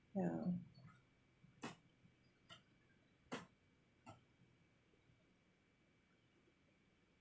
ya